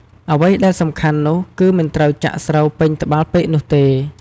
អ្វីដែលសំខាន់នោះគឺមិនត្រូវចាក់ស្រូវពេញត្បាល់ពេកនោះទេ។